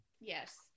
Yes